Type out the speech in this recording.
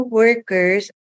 workers